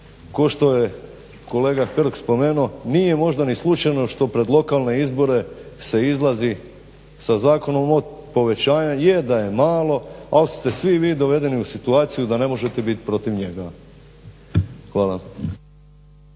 kao što je kolega Hrg spomenuo nije možda ni slučajno što pred lokalne izbore se izlazi sa zakonom od povećanja. Jest da je malo, ali ste svi vi dovedeni u situaciju da ne možete biti protiv njega. Hvala.